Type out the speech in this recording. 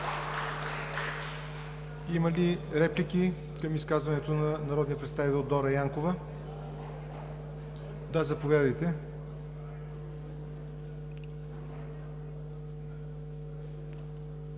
Има ли реплики към изказването на народния представител Дора Янкова? Няма. Заповядайте